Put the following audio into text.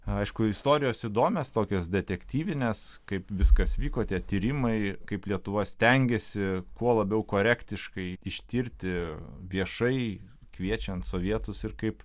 aišku istorijos įdomios tokios detektyvinės kaip viskas vyko tie tyrimai kaip lietuva stengėsi kuo labiau korektiškai ištirti viešai kviečiant sovietus ir kaip